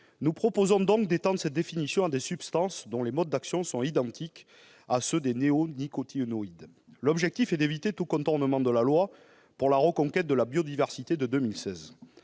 Nous proposons donc d'étendre cette interdiction à des substances dont les modes d'action sont identiques à ceux-ci. L'objectif est d'éviter tout contournement de la loi pour la reconquête de la biodiversité de 2016.